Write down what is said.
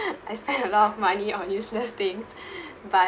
I spent a lot of money or useless things but